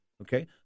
okay